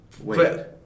Wait